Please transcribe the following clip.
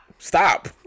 stop